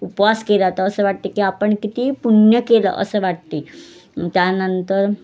उपवास केला तर असं वाटते की आपण किती पुण्य केलं असं वाटते त्यानंतर